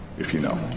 if you know.